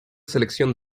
selección